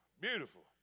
beautiful